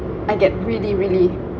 I get really really